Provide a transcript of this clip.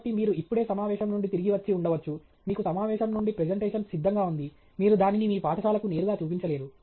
కాబట్టి మీరు ఇప్పుడే సమావేశం నుండి తిరిగి వచ్చి ఉండవచ్చు మీకు సమావేశం నుండి ప్రెజెంటేషన్ సిద్ధంగా ఉంది మీరు దానిని మీ పాఠశాలకు నేరుగా చూపించలేరు